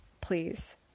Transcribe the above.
please